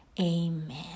Amen